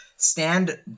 Stand